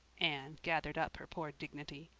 anne gathered up her poor dignity.